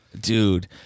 Dude